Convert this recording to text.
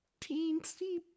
teensy